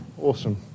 Awesome